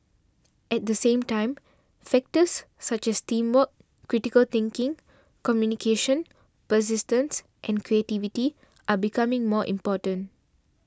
at the same time factors such as teamwork critical thinking communication persistence and creativity are becoming more important